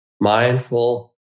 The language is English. Mindful